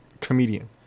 comedian